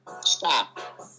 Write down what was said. Stop